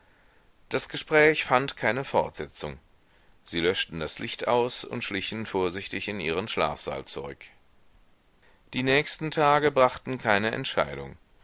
das gespräch fand keine fortsetzung sie löschten das licht aus und schlichen vorsichtig in ihren schlafsaal zurück die nächsten tage brachten keine entscheidung